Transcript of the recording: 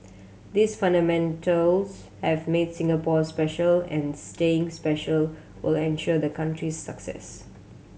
these fundamentals have made Singapore special and staying special will ensure the country's success